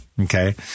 Okay